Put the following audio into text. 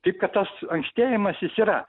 taip kad tas aunkatėjimas jis yra